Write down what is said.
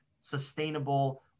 sustainable